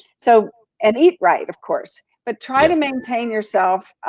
so and eat right, of course, but try to maintain yourself,